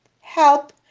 help